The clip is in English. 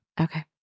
Okay